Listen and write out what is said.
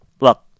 Look